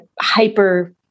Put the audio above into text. hyper